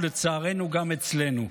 ולצערנו גם אצלנו.